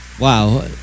Wow